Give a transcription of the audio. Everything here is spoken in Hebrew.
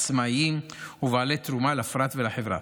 עצמאיים ובעלי תרומה לפרט ולחברה,